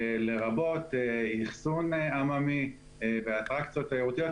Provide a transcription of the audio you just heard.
לרבות אכסון עממי ואטרקציות תיירותיות,